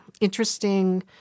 interesting